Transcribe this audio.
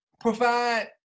Provide